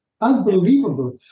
unbelievable